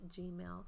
gmail